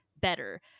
better